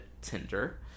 Tinder